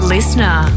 Listener